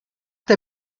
der